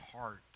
heart